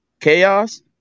Chaos